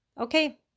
Okay